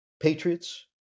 patriots